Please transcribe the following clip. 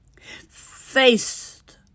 faced